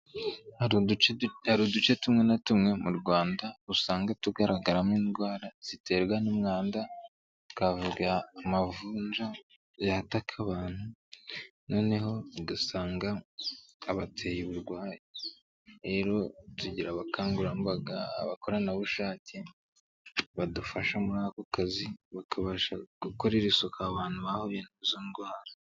Hari uduce tumwe na tumwe mu Rwanda usanga tugaragaramo indwara ziterwa n'umwanda, twavuga amavunja yataka abantu noneho ugasanga abateye uburwayi, rero tugira abakangurambaga, abakorerabushake badufasha muri ako kazi bakabasha gukorera isuku abantu bahuye n'izo ndwara.